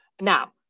Now